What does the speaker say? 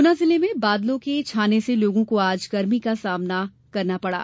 गुना जिले में बादलों के छाने से लोगों को आज गर्मी का सामना करना पड़ा